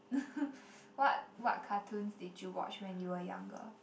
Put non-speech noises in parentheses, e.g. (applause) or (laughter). (laughs) what what cartoons did you watch when you were younger